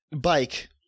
bike